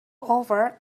over